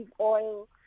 oil